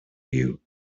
you